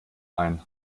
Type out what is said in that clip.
ein